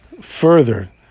further